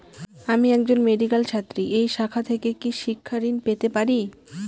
আমি একজন মেডিক্যাল ছাত্রী এই শাখা থেকে কি শিক্ষাঋণ পেতে পারি?